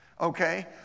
okay